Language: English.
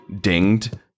dinged